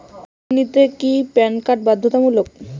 ঋণ নিতে কি প্যান কার্ড বাধ্যতামূলক?